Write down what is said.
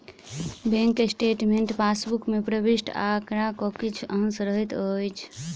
bank statement passbook मे प्रविष्ट आंकड़ाक किछु अंश रहैत अछि